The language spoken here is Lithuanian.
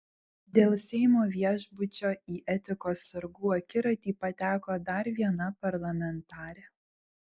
dėl seimo viešbučio į etikos sargų akiratį pateko dar viena parlamentarė